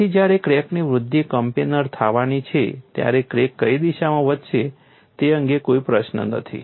તેથી જ્યારે ક્રેકની વૃદ્ધિ કોપ્લેનર થવાની છે ત્યારે ક્રેક કઈ દિશામાં વધશે તે અંગે કોઈ પ્રશ્ન નથી